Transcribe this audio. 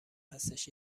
هستش